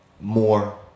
more